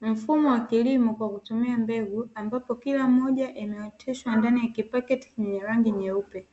Mfumo wa kilimo kwa kutumia mbegu ambapo kila moja imeoteshwa ndani ya kipaketi chenye rangi nyeupe,